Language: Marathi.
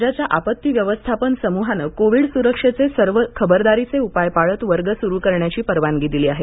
राज्याच्या आपत्ती व्यवस्थापन समूहाने कोविड सुरक्षेचे सर्व खबरदारीचे उपाय पाळत वर्ग सुरु करण्याची परवानगी दिली आहे